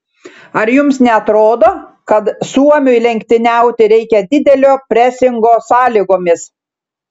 ar jums neatrodo kad suomiui lenktyniauti reikia didelio presingo sąlygomis